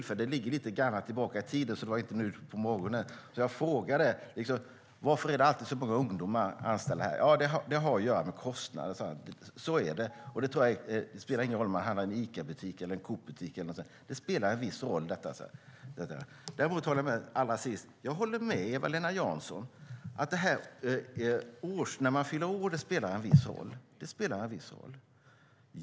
För en tid sedan, det var inte nu på morgonen, frågade jag: Varför är det alltid bara ungdomar som är anställda här? Det har att göra med kostnader, fick jag som svar. Så är det, och jag tror inte det är någon skillnad om det är en Icabutik eller en Coopbutik. Jag håller med Eva-Lena Jansson om att det spelar en viss roll när man fyller år.